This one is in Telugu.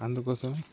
అందుకోసమే